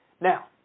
Now